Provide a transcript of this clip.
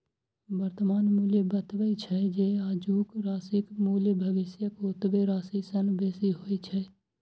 वर्तमान मूल्य बतबै छै, जे आजुक राशिक मूल्य भविष्यक ओतबे राशि सं बेसी होइ छै